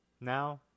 now